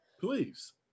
please